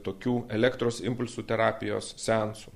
tokių elektros impulsų terapijos seansų